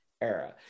Era